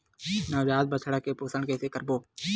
नवजात बछड़ा के पोषण कइसे करबो?